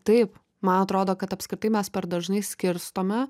taip man atrodo kad apskritai mes per dažnai skirstome